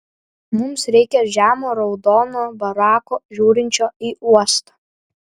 mums reikia žemo raudono barako žiūrinčio į uostą